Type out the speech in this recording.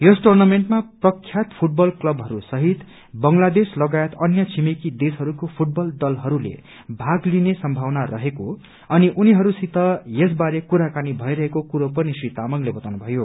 यस टुर्नामेन्टमा प्रख्यात फूटबल क्लबहरूसहित बंगलादेश लगायत अन्य छिमेकी देशहरूको फूटबल दलहरूले भाग लिने सम्भावना रहेको अनि उनीहरूसँग यस बारे कुराकानी भइरहेको कुरो पनि श्री तामाङले बताउनु भयो